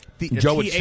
Joe